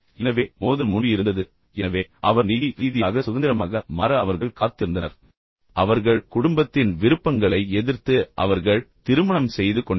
எனவே மோதல் முன்பு இருந்தது எனவே அவர் நிதி ரீதியாக சுதந்திரமாக மாற அவர்கள் காத்திருந்தனர் அவர்கள் குடும்பத்தின் விருப்பங்களை எதிர்ப்பதன் மூலம் தீர்வு கண்டனர் எனவே அவர்கள் திருமணம் செய்து கொண்டனர்